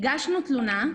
הגשנו תלונה,